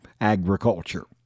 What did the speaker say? agriculture